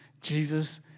Jesus